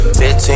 15